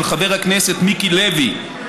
של חבר הכנסת מיקי לוי,